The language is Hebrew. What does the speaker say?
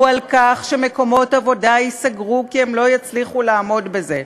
על כך שמקומות עבודה ייסגרו כי הם לא יצליחו לעמוד בזה.